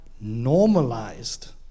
normalized